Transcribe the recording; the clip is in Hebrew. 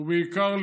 ובעיקר,